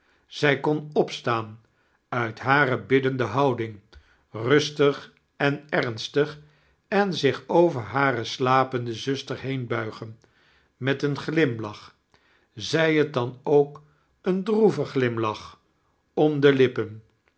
zij kon opstaan uit hate biddende houding rustig en ernstig en zich over hare slapende zuster heembuigeii met een glimlach zij t dan k een droeven glimlach om de lippen